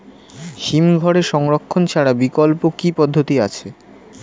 হিমঘরে সংরক্ষণ ছাড়া বিকল্প কি পদ্ধতি আছে?